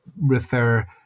refer